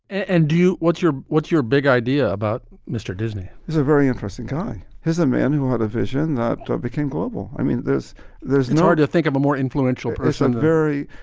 and do you. what's your what's your big idea about mr. disney? it's a very interesting guy. he's a man who had a vision that became global. i mean, this there's no way to think of a more influential person very.